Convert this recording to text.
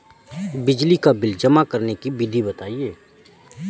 बिजली का बिल जमा करने की विधि बताइए?